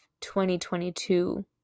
2022